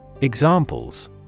Examples